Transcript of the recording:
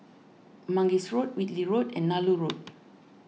Mangis Road Whitley Road and Nallur Road